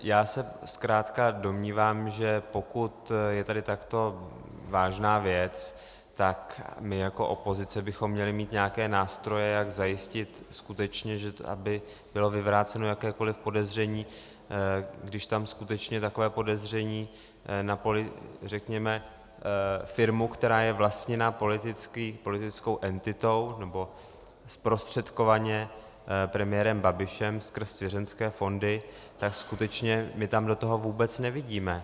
Já se zkrátka domnívám, že pokud je tady takto vážná věc, tak my jako opozice bychom měli mít nějaké nástroje, jak zajistit skutečně, aby bylo vyvráceno jakékoliv podezření, když tam skutečně takové podezření na poli, řekněme firmu, která je vlastněna politickou entitou nebo zprostředkovaně premiérem Babišem skrz svěřenecké fondy, tak skutečně my tam do toho vůbec nevidíme.